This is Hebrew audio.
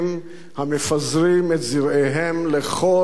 המפזרים את זרעיהם לכל עבר.